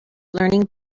learning